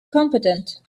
competent